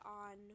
on